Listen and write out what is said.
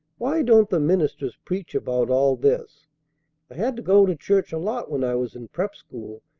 why don't the ministers preach about all this? i had to go to church a lot when i was in prep school,